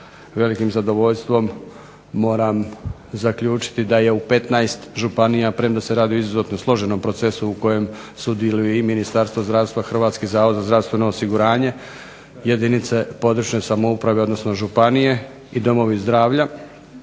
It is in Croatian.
velikim zadovoljstvom moram zaključiti da je u 15 županija, premda se radi o izuzetnom složenom procesu u kojem sudjeluju i Ministarstvo zdravstva, Hrvatski zavod za zdravstveno osiguranje, jedinice područne samouprave odnosno županije i domovi zdravlja,